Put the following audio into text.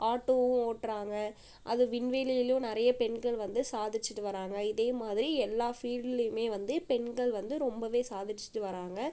ஆட்டோவும் ஓட்டுறாங்க அது விண்வெளியிலேயும் நிறைய பெண்கள் வந்து சாதிச்சிட்டு வராங்க இதே மாதிரி எல்லா ஃபீல்டுலையுமே வந்து பெண்கள் வந்து ரொம்பவே சாதிச்சிட்டு வராங்க